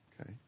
Okay